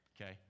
okay